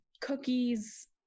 cookies